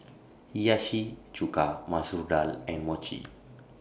Hiyashi Chuka Masoor Dal and Mochi